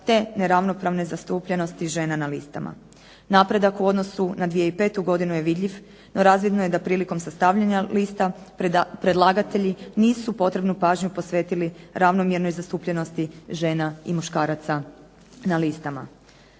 te neravnopravne zastupljenosti žena na listama. Napredak u odnosu na 2005. godinu je vidljiv no razvidno je da prilikom sastavljanja lista predlagatelji nisu potrebnu pažnju posvetili ravnomjernoj zastupljenosti žena i muškaraca na listama.